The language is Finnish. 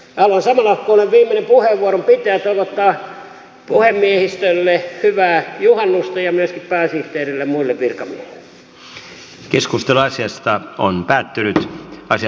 haluan samalla kun olen viimeinen puheenvuoron pitäjä toivottaa puhemiehistölle hyvää juhannusta ja myöskin pääsihteerille ja muille virkamiehille